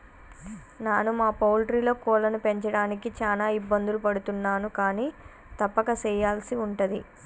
నాను మా పౌల్ట్రీలో కోళ్లను పెంచడానికి చాన ఇబ్బందులు పడుతున్నాను కానీ తప్పక సెయ్యల్సి ఉంటది